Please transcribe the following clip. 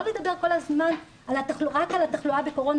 לא לדבר כל הזמן רק על התחלואה בקורונה,